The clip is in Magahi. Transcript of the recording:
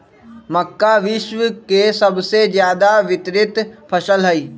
मक्का विश्व के सबसे ज्यादा वितरित फसल हई